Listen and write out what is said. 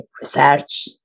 research